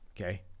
okay